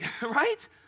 right